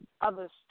others